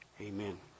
Amen